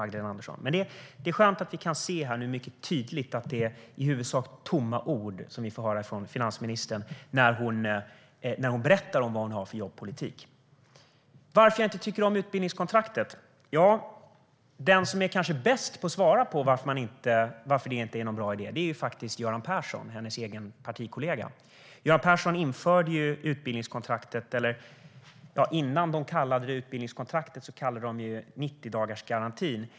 Det är dock skönt att vi nu mycket tydligt kan se att det är i huvudsak tomma ord vi får höra från finansministern när hon berättar vad hon har för jobbpolitik. Varför tycker jag inte om utbildningskontraktet? Den som kanske bäst kan svara på frågan varför det inte är en bra idé är faktiskt Magdalena Anderssons partikollega Göran Persson. Han införde ju utbildningskontraktet - eller ja, innan man kallade det utbildningskontrakt kallade man det 90-dagarsgarantin.